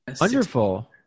wonderful